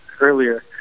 earlier